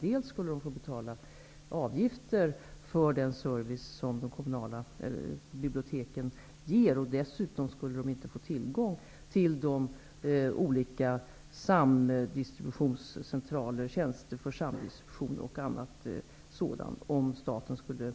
Dels skulle de få betala avgifter för den service som de kommunala biblioteken ger, dels skulle de inte få tillgång till de olika samdistributionscentraler, tjänster för samdistribution och annat, om staten skulle